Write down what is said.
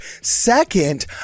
Second